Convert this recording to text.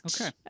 Okay